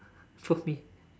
for me